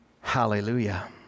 hallelujah